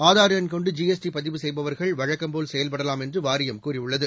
ஆதார் என் கொண்டு G S T பதிவு செய்பவர்கள் வழக்கம்போலசெயல்படலாம் என்றுவாரியம் கூறியுள்ளது